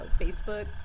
Facebook